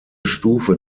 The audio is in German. stufe